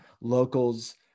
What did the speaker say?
locals